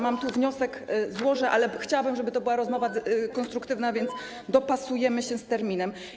Mam tu wniosek, złożę go, ale chciałabym, żeby to była rozmowa konstruktywna, więc dopasujemy się z terminem.